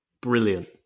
brilliant